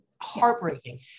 Heartbreaking